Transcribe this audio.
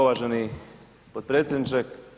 uvaženi podpredsjedniče.